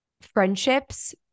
friendships